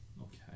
Okay